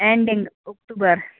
ending October